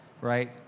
right